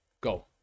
Go